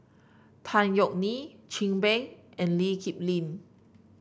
Tan Yeok Nee Chin Peng and Lee Kip Lin